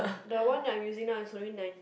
the one that I am using now is only nineteen